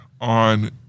on